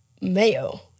mayo